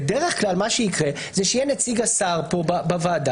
בדרך כלל יהיה פה נציג השר בוועדה,